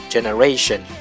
Generation